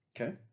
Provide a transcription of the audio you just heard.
Okay